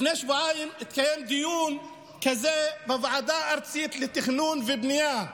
לפני שבועיים התקיים דיון כזה בוועדה הארצית לתכנון ובנייה.